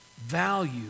value